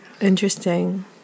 interesting